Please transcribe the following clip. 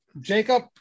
Jacob